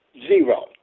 zero